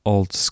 Old